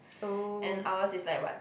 oh